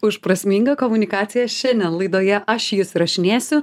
už prasmingą komunikaciją šiandien laidoje aš jus įrašinėsiu